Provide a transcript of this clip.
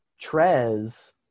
Trez